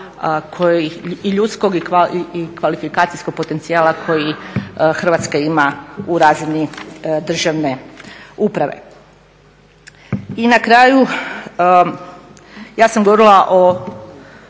i ljudskog i kvalifikacijskog potencijala koji Hrvatska ima u razini državne uprave. I na kraju ja sam govorila o